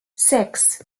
six